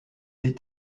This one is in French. est